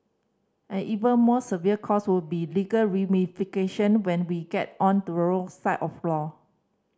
an even more severe cost would be legal ramification when we get on the wrong side of law